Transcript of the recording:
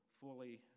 fully